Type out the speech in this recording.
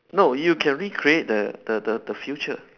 no you can recreate the the the the future